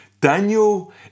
Daniel